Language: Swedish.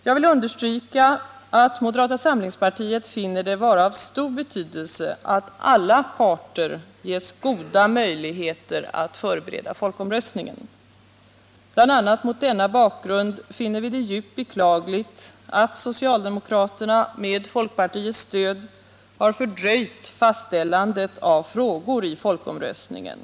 Jag vill understryka att moderata samlingspartiet finner det vara av stor betydelse att alla parter ges goda möjligheter att förbereda folkomröstningen. Bl. a. mot denna bakgrund finner vi det djupt beklagligt att socialdemokraterna med folkpartiets stöd har fördröjt fastställandet av frågor i folkomröstningen.